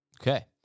Okay